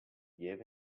gave